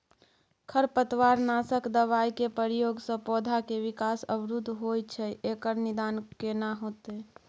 खरपतवार नासक दबाय के प्रयोग स पौधा के विकास अवरुध होय छैय एकर निदान केना होतय?